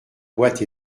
boîte